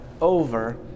over